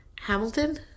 Hamilton